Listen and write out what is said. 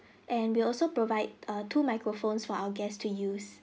and we'll also provide err two microphones for our guests to use